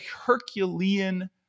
Herculean